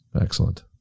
Excellent